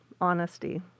honesty